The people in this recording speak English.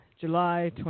July